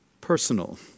personal